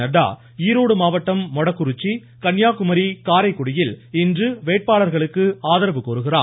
நட்டா ஈரோடு மாவட்டம் மொடக்குறிச்சி கன்னியாகுமரி காரைக்குடியில் இன்று வேட்பாளர்களுக்கு ஆதரவு கோருகிறார்